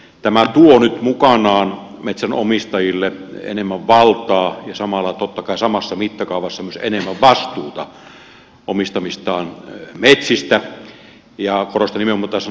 tämä tuo nyt mukanaan metsänomistajille enemmän valtaa ja samalla totta kai samassa mittakaavassa myös enemmän vastuuta omistamistaan metsistä ja korostan nimenomaan tätä sanaa vastuu